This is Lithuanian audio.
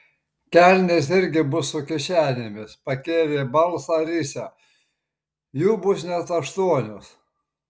kelnės irgi bus su kišenėmis pakėlė balsą risią jų bus net aštuonios